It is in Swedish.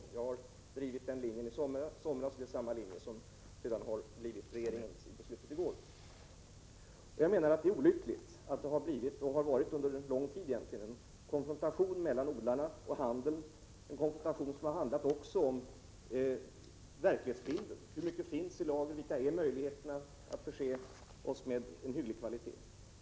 Jag har drivit den linjen sedan i somras, och det är samma linje som har blivit regeringens beslut i går. Det är olyckligt att det under en lång tid har förekommit konfrontation mellan odlarna och handeln, en konfrontation som också handlat om verklighetsbilden: hur mycket finns det egentligen i lager, vilka är möjligheterna att förse marknaden med hygglig kvalitet?